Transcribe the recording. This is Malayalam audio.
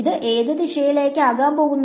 ഇത് ഏത് ദിശയിലേക്കാകാം പോകുന്നത്